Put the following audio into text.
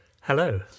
Hello